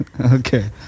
Okay